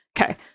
Okay